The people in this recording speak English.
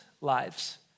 lives